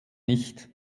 nicht